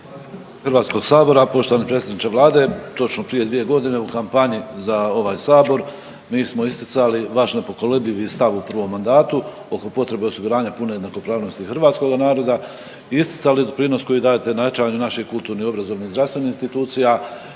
uključen/…HS. Poštovani predsjedniče vlade, točno prije 2.g. u kampanji za ovaj sabor mi smo isticali vaš nepokolebljivi stav u prvom mandatu oko potrebe osiguranja pune jednakopravnosti hrvatskoga naroda i isticali doprinos koji dajete na jačanju naših kulturnih, obrazovanih i zdravstvenih institucija